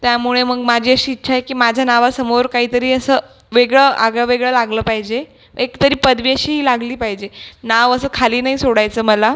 त्यामुळे मग माझी अशी इच्छा आहे की माझ्या नावासमोर काही तरी असं वेगळं आगळंवेगळं लागलं पाहिजे एक तरी पदवी अशी लागली पाहिजे नाव असं खाली नाही सोडायचं मला